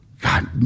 God